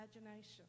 imagination